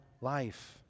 life